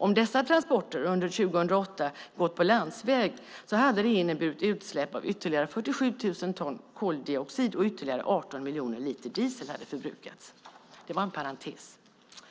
Om dessa transporter under år 2008 hade gått på landsväg skulle det ha inneburit utsläpp av ytterligare 47 000 ton koldioxid. Ytterligare 18 miljoner liter diesel skulle då ha förbrukats - inom parentes sagt.